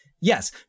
Yes